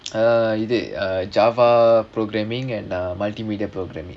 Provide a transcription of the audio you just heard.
uh இது:idhu uh java programming and uh multimedia programming